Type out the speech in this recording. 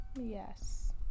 Yes